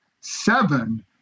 seven